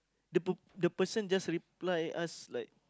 the p~ the person just reply us like